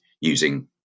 using